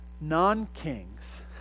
non-kings